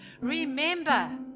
Remember